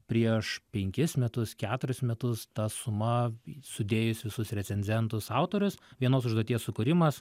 prieš penkis metus keturis metus ta suma sudėjus visus recenzentus autorius vienos užduoties sukūrimas